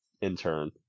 intern